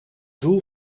doel